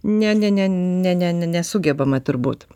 ne ne ne ne ne nesugebama turbūt